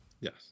Yes